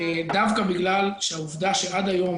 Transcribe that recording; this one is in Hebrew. דווקא בגלל העובדה שעד היום,